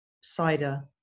cider